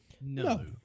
no